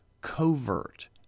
covert